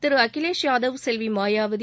Thiru Akhilesh Yadav Selvi Mayawati